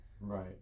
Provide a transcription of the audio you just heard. right